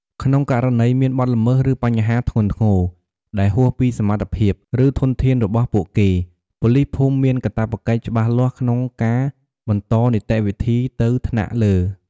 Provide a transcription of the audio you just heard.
ក្នុងករណីមាន បទល្មើស ឬបញ្ហាធ្ងន់ធ្ងរ ដែលហួសពីសមត្ថភាព ឬធនធានរបស់ពួកគេ ប៉ូលីសភូមិមានកាតព្វកិច្ចច្បាស់លាស់ក្នុងការបន្តនីតិវិធីទៅថ្នាក់លើ។